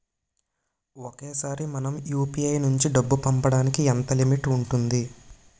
ఒకేసారి మనం యు.పి.ఐ నుంచి డబ్బు పంపడానికి ఎంత లిమిట్ ఉంటుంది?